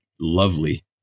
lovely